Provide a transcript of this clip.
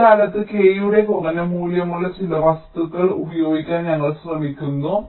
അതിനാൽ ഇക്കാലത്ത് k യുടെ കുറഞ്ഞ മൂല്യമുള്ള ചില വസ്തുക്കൾ ഉപയോഗിക്കാൻ ഞങ്ങൾ ശ്രമിക്കുന്നു